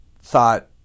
thought